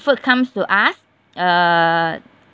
food comes to us uh